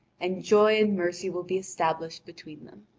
and joy and mercy will be established between them.